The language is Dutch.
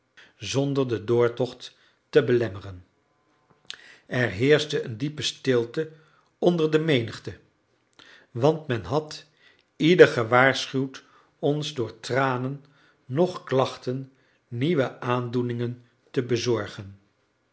zonder den doortocht te belemmeren er heerschte een diepe stilte onder de menigte want men had ieder gewaarschuwd ons door tranen noch klachten nieuwe aandoeningen te bezorgen